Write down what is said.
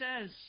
says